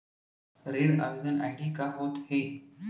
ऋण आवेदन आई.डी का होत हे?